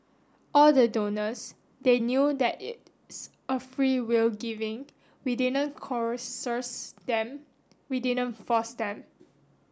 all the donors they knew that it's a freewill giving we didn't coerce them we didn't force them